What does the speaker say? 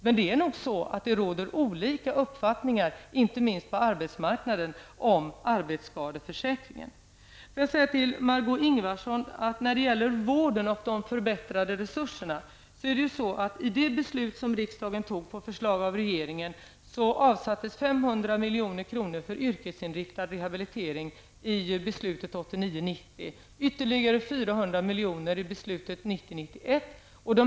Men det råder olika uppfattningar inte minst på arbetsmarknaden om arbetsskadeförsäkringen. Får jag sedan till Margó Ingvardsson när det gäller de förbättrade resurserna till vården säga att i det beslut som riksdagen fattade på regeringens förslag 1989 91.